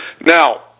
Now